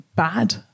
bad